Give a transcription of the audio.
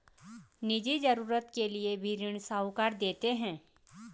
निजी जरूरत के लिए भी ऋण साहूकार देते हैं